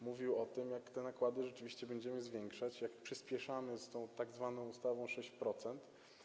Mówił o tym, jak te nakłady rzeczywiście będziemy zwiększać, jak przyspieszamy w przypadku tzw. ustawy 6%.